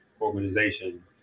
organization